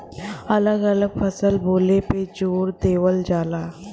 अलग अलग फसल बोले पे जोर देवल जाला